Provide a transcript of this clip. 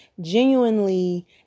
genuinely